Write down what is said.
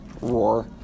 roar